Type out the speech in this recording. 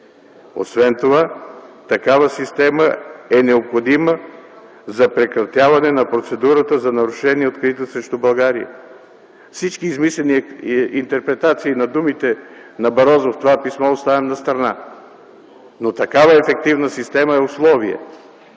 Освен това такава система е необходима за прекратяване на процедурата за нарушение, открита срещу България. Всички измислени интерпретации на думите на Барозу в това писмо оставям настрана. Но такава ефективна система е условие